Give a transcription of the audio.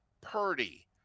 Purdy